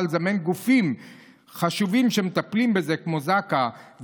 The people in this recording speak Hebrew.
ולזמן גופים חשובים שמטפלים בזה כמו זק"א.